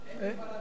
אין מגבלת זמן?